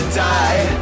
die